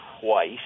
twice